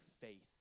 faith